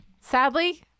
sadly